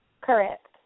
Correct